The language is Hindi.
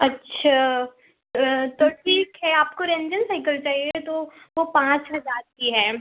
अच्छा तो ठीक है आपको रेंजर साइकल चाहिए तो वो पाँच हज़ार की है